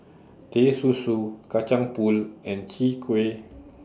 Teh Susu Kacang Pool and Chwee Kueh